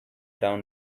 around